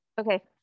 okay